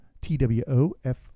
T-W-O-F